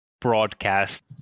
broadcast